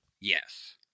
Yes